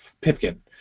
Pipkin